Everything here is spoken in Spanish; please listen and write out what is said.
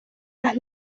las